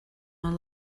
man